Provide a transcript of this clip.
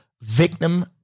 victim